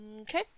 Okay